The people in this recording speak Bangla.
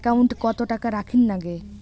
একাউন্টত কত টাকা রাখীর নাগে?